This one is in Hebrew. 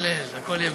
בצלאל, הכול יהיה בסדר.